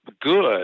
good